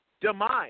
demise